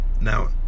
Now